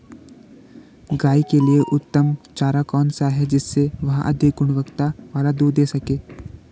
गाय के लिए उत्तम चारा कौन सा है जिससे वह अधिक गुणवत्ता वाला दूध दें सके?